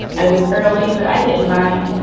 i was early, but i didn't mind.